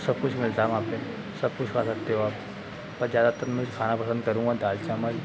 सब कुछ मिलता है वहां पे सब कुछ खा सकते हो आप पर ज़्यादातर मुझे खाना पसंद करूँगा दाल चावल